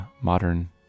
modern